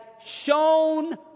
shown